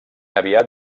aviat